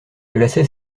glaçait